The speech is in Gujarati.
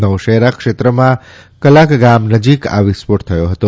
નૌશેરા ક્ષેત્રમાં કલાક ગામ નજીક આ વિસ્ફોટ થયો હતો